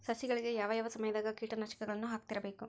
ಸಸಿಗಳಿಗೆ ಯಾವ ಯಾವ ಸಮಯದಾಗ ಕೇಟನಾಶಕಗಳನ್ನು ಹಾಕ್ತಿರಬೇಕು?